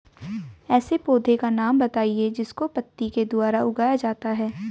ऐसे पौधे का नाम बताइए जिसको पत्ती के द्वारा उगाया जाता है